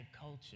culture